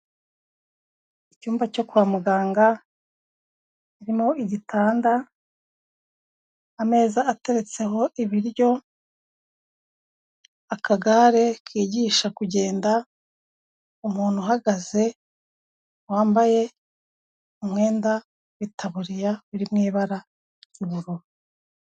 Icyumba cyo kwa muganga harimo igitanda, ameza ateretseho ibiryo, akagare kigisha kugenda, umuntu uhagaze wambaye umwenda w'itaburiya biri mu ibara ry'ubururu.